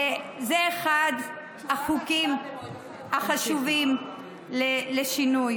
וזה אחד החוקים החשובים לשינוי.